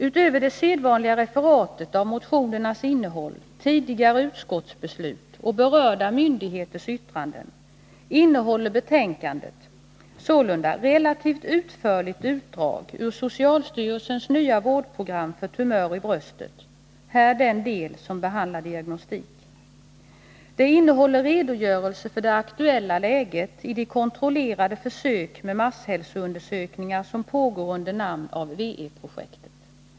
Utöver det sedvanliga referatet av motionernas innehåll, tidigare utskottsbeslut och berörda myndigheters yttranden innehåller betänkandet också ett relativt utförligt utdrag ur socialstyrelsens nya vårdprogram för tumör i bröstet, här den del som behandlar diagnostik. Det innehåller en redogörelse för det aktuella läget i de kontrollerade försök med masshälsoundersökningar som pågår under namn av WE-projektet.